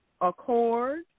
accord